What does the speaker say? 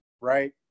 right